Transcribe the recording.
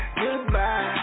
goodbye